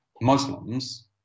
Muslims